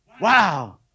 Wow